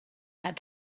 had